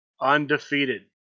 Undefeated